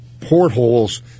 portholes